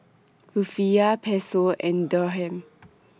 Rufiyaa Peso and Dirham